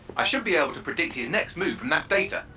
i should be able to predict his next move from that data.